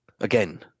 Again